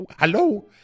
Hello